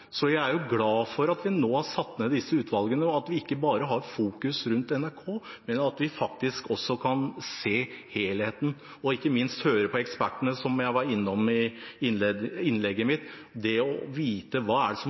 Jeg er glad for at vi nå har satt ned disse utvalgene, og at vi ikke bare har fokus på NRK, men faktisk også kan se helheten og ikke minst høre på ekspertene, som jeg var innom i innlegget mitt – det å vite hva det er som skjer i framtiden, og hvem det er som